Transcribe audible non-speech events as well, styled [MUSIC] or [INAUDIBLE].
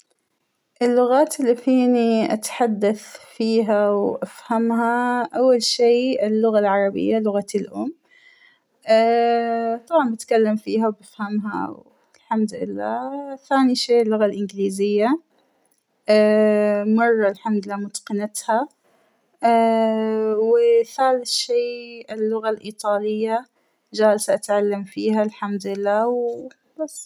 اللغات اللى فينى أتحدث فيها وأفهمها ، أول شى اللغة العربية لغتى الأم ، [HESITATION] طبعا بتكلم فيها وبفهمها الحمد لله ، ثانى شى اللغة الإنجليزية [HESITATION] مرة الحمد لله متقنتها ، وااا- و [HESITATION] ثالث شى اللغة الإيطالية جالسة أتعلم فيها الحمد لله وبس.